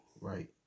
Right